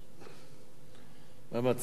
מה מציע אדוני השר?